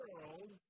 world